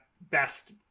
best